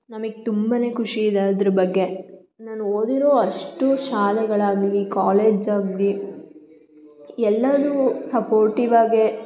ನಮಿಗೆ ತುಂಬ ಖುಷಿ ಇದೆ ಅದ್ರ ಬಗ್ಗೆ ನಾನು ಓದಿರೋ ಅಷ್ಟೂ ಶಾಲೆಗಳಾಗಲಿ ಕಾಲೇಜಾಗಲಿ ಎಲ್ಲನೂ ಸಪೋರ್ಟಿವಾಗೇ